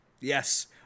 Yes